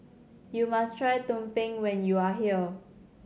you must try tumpeng when you are here